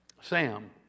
Sam